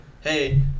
hey